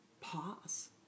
pause